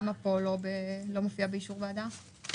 למה פה לא מופיע באישור הוועדה?